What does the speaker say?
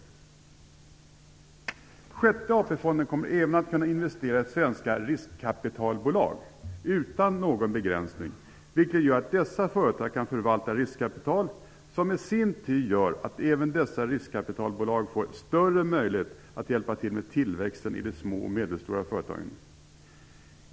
Sjätte fondstyrelsen kommer även utan någon begränsning att kunna investera i svenska riskkapitalbolag. Dessa bolag får då större möjlighet att hjälpa till med tillväxten i de små och medelstora företagen.